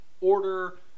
order